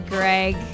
Greg